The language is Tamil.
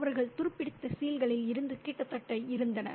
அவர்கள் துருப்பிடித்த கீல்களில் இருந்து கிட்டத்தட்ட இருந்தனர்